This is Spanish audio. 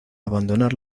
abandonar